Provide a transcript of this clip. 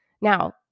Now